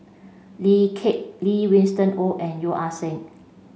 Lee Kip Lee Winston Oh and Yeo Ah Seng